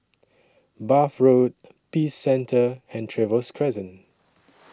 Bath Road Peace Centre and Trevose Crescent